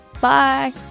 Bye